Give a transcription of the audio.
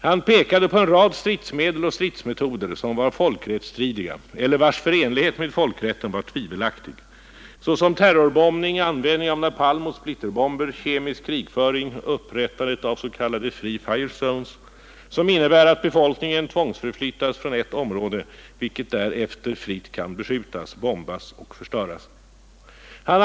Han pekade på en rad stridsmedel och stridsmetoder som var folkrättsstridiga eller vars förenlighet med folkrätten var tvivelaktig, såsom terrorbombning, användning av napalmoch splitterbomber, kemisk krigföring, upprättandet av s.k. free fire zones, som innebär att befolkningen tvångsförflyttas från ett område, vilket därefter fritt kan beskjutas, bombas och förstöras etc.